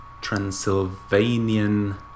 Transylvanian